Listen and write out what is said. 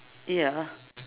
ya